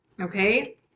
okay